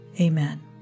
Amen